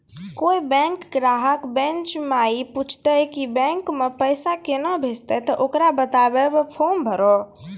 कोय बैंक ग्राहक बेंच माई पुछते की बैंक मे पेसा केना भेजेते ते ओकरा बताइबै फॉर्म भरो